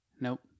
Nope